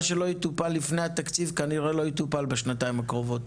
מה שלא יטופל לפני התקציב כנראה לא יטופל בשנתיים הקרובות.